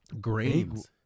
grains